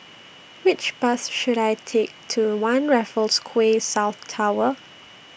Which Bus should I Take to one Raffles Quay South Tower